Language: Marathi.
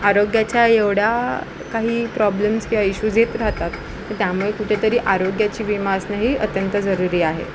आरोग्याच्या एवढ्या काही प्रॉब्लेम्स किंवा इशूज आहेत राहतात त्यामुळे कुठेतरी आरोग्याची विमा असणं ही अत्यंत जरुरी आहे